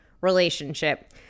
relationship